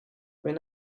when